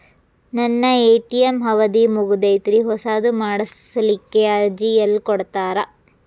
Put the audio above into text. ನನ್ನ ಎ.ಟಿ.ಎಂ ಅವಧಿ ಮುಗದೈತ್ರಿ ಹೊಸದು ಮಾಡಸಲಿಕ್ಕೆ ಅರ್ಜಿ ಎಲ್ಲ ಕೊಡತಾರ?